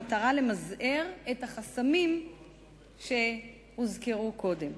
כדי למזער את החסמים שהוזכרו קודם.